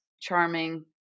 charming